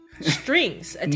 Strings